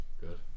Good